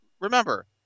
Remember